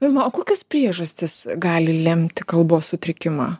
vilma o kokios priežastys gali lemti kalbos sutrikimą